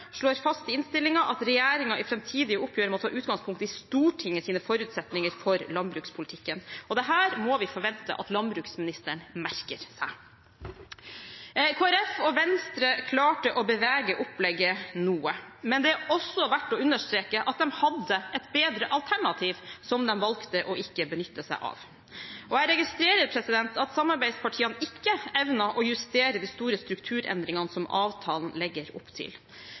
slår fast i innstillingen at regjeringen i framtidige oppgjør må ta utgangspunkt i Stortingets forutsetninger for landbrukspolitikken. Dette må vi forvente at landbruksministeren merker seg. Kristelig Folkeparti og Venstre klarte å bevege opplegget noe, men det er også verd å understreke at de hadde et bedre alternativ som de valgte ikke å benytte seg av. Jeg registrerer at samarbeidspartiene ikke evnet å justere de store strukturendringene som avtalen legger opp til.